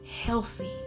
healthy